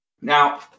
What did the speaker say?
Now